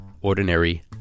ordinary